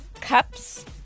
cups